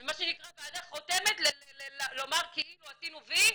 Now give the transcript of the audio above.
מה שנקרא ועדה חותמת לומר כאילו עשינו וי,